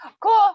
Cool